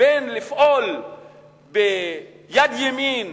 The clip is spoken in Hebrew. בין לפעול ביד ימין